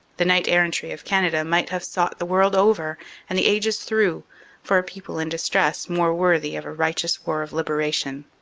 the knight errantry of canada might have sought the world over and the ages through for a people in distress more worthy of a righteous war of liberation.